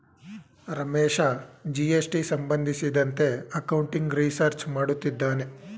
Ramesh GST ಸಂಬಂಧಿಸಿದಂತೆ accounting research ಮಾಡುತ್ತಿದ್ದಾನೆ